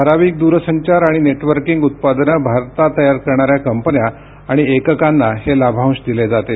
ठराविक दूरसंचार आणि नेटवर्किंग उत्पादनं भारतात तयार करणाऱ्या कंपन्या आणि एककांना हे लाभांश दिले जातील